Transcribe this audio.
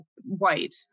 white